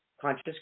Conscious